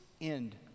end